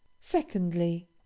secondly